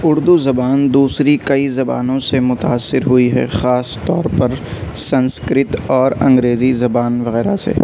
اردو زبان دوسری کئی زبانوں سے متأثر ہوئی ہے خاص طور پر سنسکرت اور انگریزی زبان وغیرہ سے